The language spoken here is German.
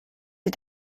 sie